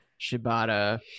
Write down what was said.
Shibata